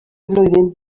flwyddyn